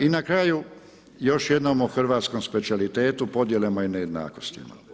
I na kraju, još jednom o hrvatskom specijalitetu, podjelama i nejednakostima.